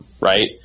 right